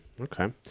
Okay